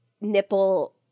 nipple